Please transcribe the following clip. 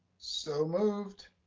so moved.